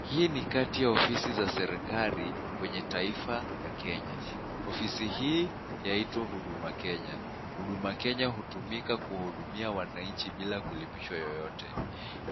Hii ni kati ya ofisi za serikali kwenye taifa la Kenya. Ofisi hii yaitwa Huduma Kenya. Huduma Kenya hutumika kuwahudumia wananchi bila kulipishwa yoyote.